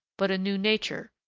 but a new nature,